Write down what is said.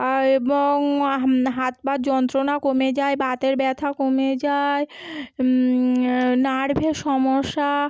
আর এবং হাত পা যন্ত্রণা কমে যায় বাতের ব্যথা কমে যায় নার্ভের সমস্যা